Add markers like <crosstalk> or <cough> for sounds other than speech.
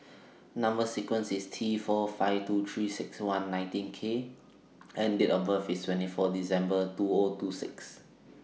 Number sequence IS T four five two three six one nineteen K <noise> and Date of birth IS twenty four December two O two six